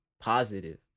positive